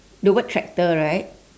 the word tractor right